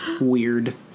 Weird